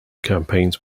campaigns